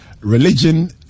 religion